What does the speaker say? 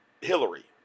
Hillary